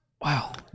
Wow